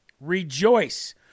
Rejoice